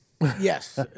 Yes